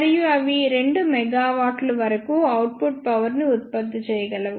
మరియు అవి 2 మెగావాట్ల వరకు అవుట్పుట్ పవర్ ని ఉత్పత్తి చేయగలవు